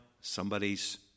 somebody's